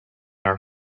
are